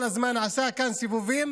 כל הזמן עשה כאן סיבובים